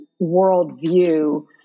worldview